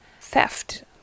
theft